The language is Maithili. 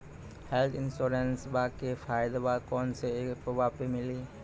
हेल्थ इंश्योरेंसबा के फायदावा कौन से ऐपवा पे मिली?